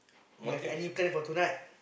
you have any plan for tonight